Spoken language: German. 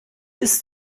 ist